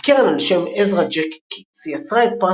הקרן על שם עזרא ג'ק קיטס יצרה את פרס